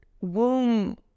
womb